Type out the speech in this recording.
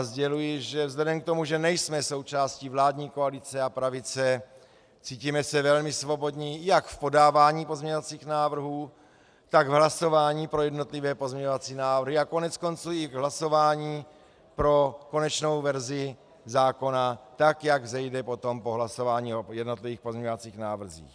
Sděluji, že vzhledem k tomu, že nejsme součástí vládní koalice a pravice, cítíme se velmi svobodní jak v podávání pozměňovacích návrhů, tak v hlasování pro jednotlivé pozměňovací návrhy, a koneckonců i v hlasování pro konečnou verzi zákona tak, jak vzejde potom po hlasování o jednotlivých pozměňovacích návrzích.